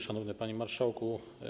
Szanowny Panie Marszałku!